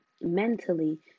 Mentally